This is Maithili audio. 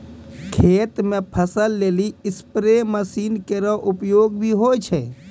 खेत म फसल लेलि स्पेरे मसीन केरो उपयोग भी होय रहलो छै